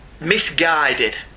Misguided